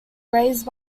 raised